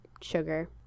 sugar